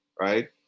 right